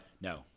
No